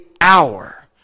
hour